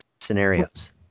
scenarios